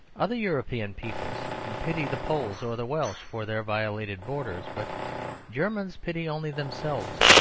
other european peoples pity the poles or the welsh for their violated borders but germans pity only themselves.